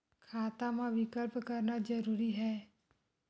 खाता मा विकल्प करना जरूरी है?